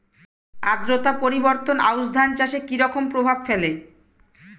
আদ্রতা পরিবর্তন আউশ ধান চাষে কি রকম প্রভাব ফেলে?